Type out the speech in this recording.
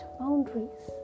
boundaries